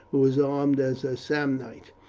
who was armed as a samnite,